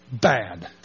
bad